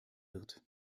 wird